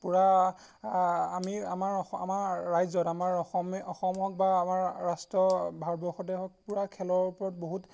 পূৰা আমি আমাৰ অস আমাৰ ৰাজ্যত আমাৰ অসমেই অসম হওক বা আমাৰ ৰাষ্ট্ৰ ভাৰতবৰ্ষতে হওক পূৰা খেলৰ ওপৰত বহুত